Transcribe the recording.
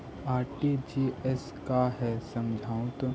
RTGS का है समझाहू तो?